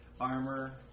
armor